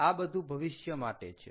આ બધું ભવિષ્ય માટે છે